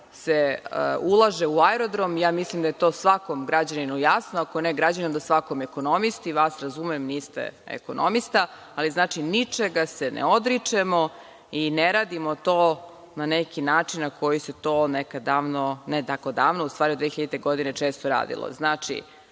se ulaže u aerodrom? Ja mislim da je to svakom građaninu jasno. Ako ne građaninu, onda svakom ekonomisti. Vas razumem, niste ekonomista. Ali, znači, ničega se ne odričemo i ne radimo to na neki način na koji su to nekad davno, ne tako davno u stvari, od 2000. godine često radilo. Dakle,